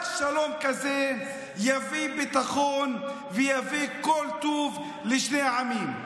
רק שלום כזה יביא ביטחון ויביא כל טוב לשני העמים.